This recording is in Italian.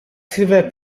silver